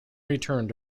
returned